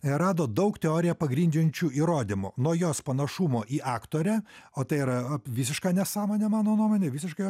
rado daug teoriją pagrindžiančių įrodymų nuo jos panašumo į aktorę o tai yra visiška nesąmonė mano nuomone visiškai